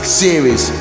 series